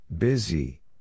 Busy